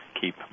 keep